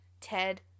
Ted